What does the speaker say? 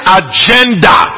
agenda